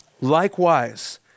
Likewise